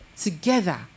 together